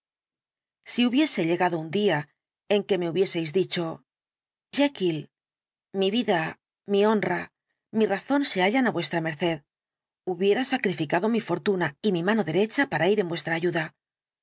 si hubiese llegado un día en que me hubieseis dicho jekyll mi vida mi honra mi razón se hallan á vuestra merced hubiera sacrificado mi fortuna y mi mano derecha para ir en vuestra ayuda